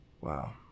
wow